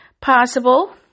possible